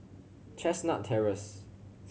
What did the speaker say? Chestnut Terrace